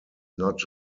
not